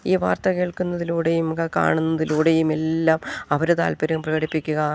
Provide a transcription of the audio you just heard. ഈ വാർത്ത കേൾക്കുന്നതിലൂടെയും കാണുന്നതിലൂടെയും എല്ലാം അവരെ താല്പര്യം പ്രകടിപ്പിക്കുക